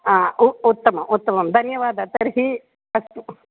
हा उ उत्तमम् उत्तमं धन्यवादः तर्हि अस्तु